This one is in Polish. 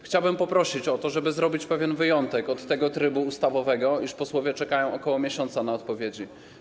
Chciałbym poprosić o to, żeby zrobić pewien wyjątek od tego trybu ustawowego, iż posłowie czekają ok. miesiąca na odpowiedzi.